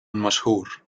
مشهور